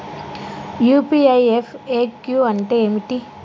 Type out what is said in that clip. UPI FAQ అంటే ఏమిటి?